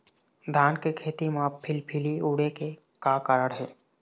धान के खेती म फिलफिली उड़े के का कारण हे?